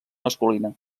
masculina